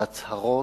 ההצהרות,